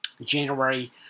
January